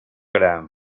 gra